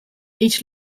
each